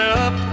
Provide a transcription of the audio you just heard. up